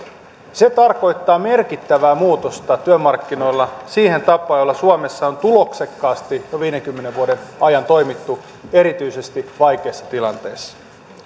se tarkoittaa merkittävää muutosta työmarkkinoilla siihen tapaan jolla suomessa on tuloksekkaasti jo viidenkymmenen vuoden ajan toimittu erityisesti vaikeissa tilanteissa